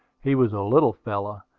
he was a little fellow,